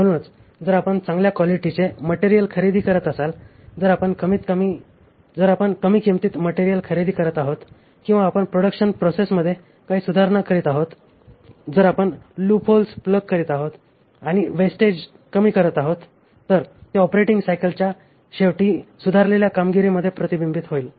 म्हणून जर आपण चांगल्या क्वालिटीचे मटेरियल खरेदी करत असाल जर आपण कमी किंमतीत मटेरियल खरेदी करीत आहोत किंवा आपण आपल्या प्रोडक्शन प्रोसेसमध्ये काही सुधारणा करीत आहोत जर आपण लूप होल्स प्लग करीत आहोत आणि वेस्टेज कमी करत आहोत तर ते ऑपरेटिंग सायकलच्या शेवटी सुधारलेल्या कामगिरीमध्ये प्रतिबिंबित होईल